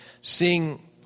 seeing